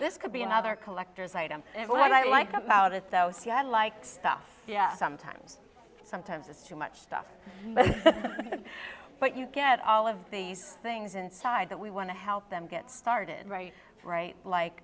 this could be another collector's item and what i like about it so yeah i like stuff sometimes sometimes it's too much stuff but but you get all of these things inside that we want to help them get started right right like